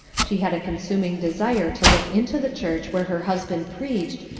she had a consuming desire to look into the church where her husband preached,